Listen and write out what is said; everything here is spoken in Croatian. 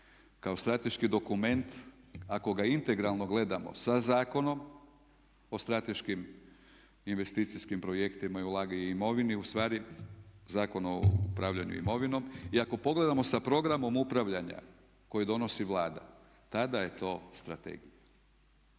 kao strateški dokument ako ga integralno gledamo sa Zakonom o strateškim investicijskim projektima i ulaganjima u imovinu, ustavi Zakon o upravljanju imovinom i ako pogledamo sa programom upravljanja koji donosi Vlada tada je to strategija.